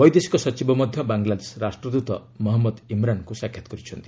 ବୈଦେଶିକ ସଚିବ ମଧ୍ୟ ବାଙ୍ଗଲାଦେଶ ରାଷ୍ଟ୍ରଦତ ମହନ୍ମଦ ଇମ୍ରାନ୍ଙ୍କୁ ସାକ୍ଷାତ କରିଛନ୍ତି